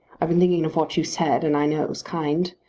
i've been thinking of what you said, and i know it was kind.